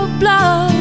blow